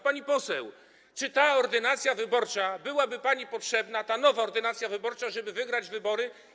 Pani poseł, czy ta ordynacja wyborcza byłaby pani potrzebna, ta nowa ordynacja wyborcza, żeby wygrać wybory?